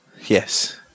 Yes